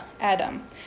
Adam